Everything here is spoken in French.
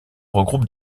regroupe